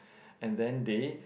and then they